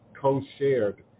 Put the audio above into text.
co-shared